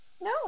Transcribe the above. No